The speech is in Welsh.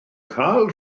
cael